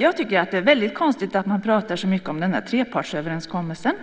Jag tycker att det är väldigt konstigt att man pratar så mycket om den här trepartsöverenskommelsen